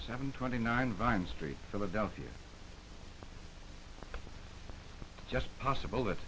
seven twenty nine vine street philadelphia just possible